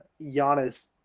Giannis